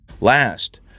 last